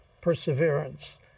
perseverance